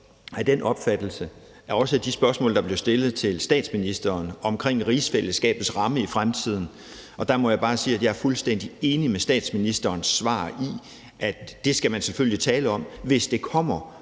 af den opfattelse, også ud fra de spørgsmål, der blevet stillet til statsministeren omkring rigsfællesskabets rammer i fremtiden – og der må jeg bare sige, at jeg er fuldstændig enig med statsministerens svar – at det skal man selvfølgelig tale om, hvis det kommer